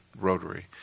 Rotary